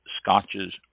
scotches